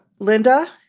Linda